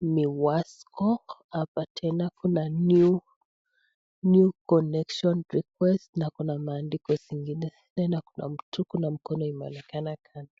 Miwasco. Hapa tena kuna New New connection request na kuna maandiko zingine nne na kuna mtu kuna mkono imeonekana kando.